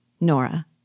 Nora